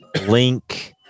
Link